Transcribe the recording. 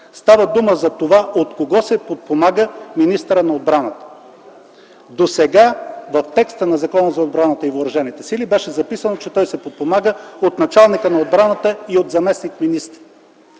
Става дума за това от кого се подпомага министърът на отбраната. Досега в текста на Закона за отбраната и въоръжените сили беше записано, че той се подпомага от началника на отбраната и от заместник-министри.